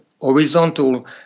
horizontal